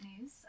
news